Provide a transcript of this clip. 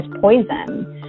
poison